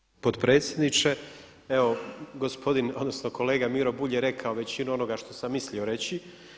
Poštovani potpredsjedniče, evo gospodin, odnosno kolega Miro Bulj je rekao većinu onoga što sam mislio reći.